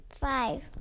Five